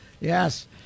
Yes